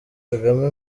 kagame